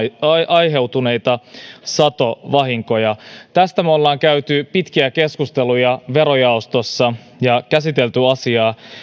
aiheutuneita satovahinkoja tästä me olemme käyneet pitkiä keskusteluja verojaostossa ja käsitelleet asiaa